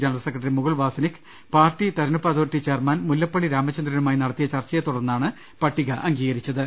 general secretary Mukul Wasnik party തിരഞ്ഞെടുപ്പ് authority chairman Mullappally രാമ ചന്ദ്രനുമായി നടത്തിയ ചർച്ചയെത്തുടർന്നാണ് പട്ടിക അംഗീകരിച്ചത്